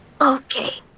Okay